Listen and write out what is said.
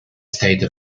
state